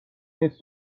نیست